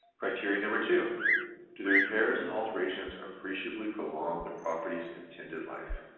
criteria number two do the repairs and alterations appreciably prolong the property's intended life?